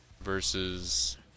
versus